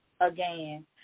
again